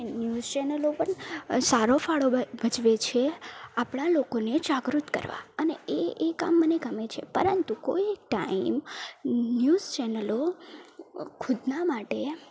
અને ન્યૂઝ ચેનલો પણ સારો ફાળો ભજવે છે આપણા લોકોને જાગૃત કરવા અને એ એ કામ મને ગમે છે પરંતુ કોઈ ટાઈમ ન્યૂઝ ચેનલો ખુદના માટે